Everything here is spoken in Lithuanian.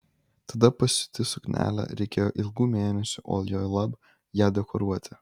tada pasiūti suknelę reikėjo ilgų mėnesių o juolab ją dekoruoti